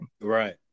right